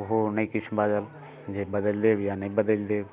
उहो नहि किछु बाजल जे बदलि देब या नहि बदलि देब